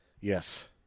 Yes